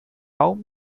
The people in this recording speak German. baum